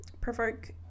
provoke